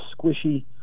squishy